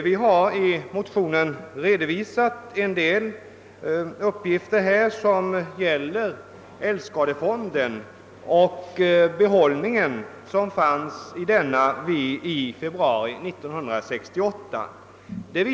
Vi har i motionerna redovisat en del uppgifter beträffande älgskadefonden, bl.a. den behållning som fanns i denna i februari 1968.